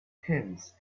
kings